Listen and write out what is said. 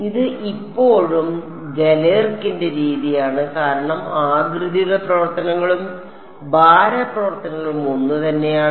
ഇത് ഇപ്പോഴും ഗലേർകിന്റെ രീതിയാണ് കാരണം ആകൃതിയുടെ പ്രവർത്തനങ്ങളും ഭാര പ്രവർത്തനങ്ങളും ഒന്നുതന്നെയാണ്